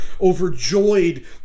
overjoyed